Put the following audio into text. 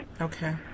Okay